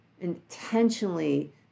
intentionally